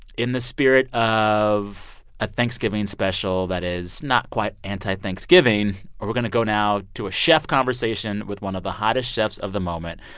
in the spirit of a thanksgiving special that is not quite anti-thanksgiving, we're going to go now to a chef conversation with one of the hottest chefs of the moment.